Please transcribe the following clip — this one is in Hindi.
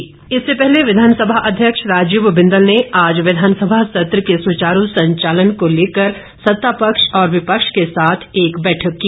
बैठक इससे पहले विधानसभा अध्यक्ष राजीव बिंदल ने आज विधानसभा सत्र के सुचारू संचालन को लेकर सत्ता पक्ष और विपक्ष के साथ एक बैठक की